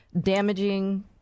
damaging